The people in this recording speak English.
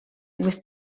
with